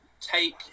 take